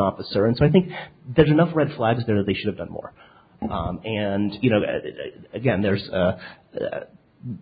officer and so i think there's enough red flags there or they should have done more and you know again there's